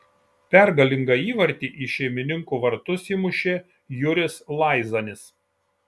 pergalingą įvartį į šeimininkų vartus įmušė juris laizanis